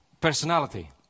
personality